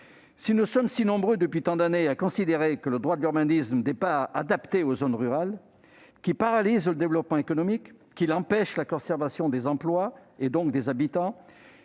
Si nous sommes si nombreux depuis tant d'années à considérer que le droit de l'urbanisme n'est pas adapté aux zones rurales, qu'il paralyse le développement économique, qu'il empêche la conservation des emplois et donc des habitants,